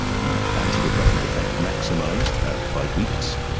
the antidepressant effect maximised at five weeks,